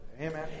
Amen